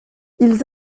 ils